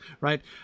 right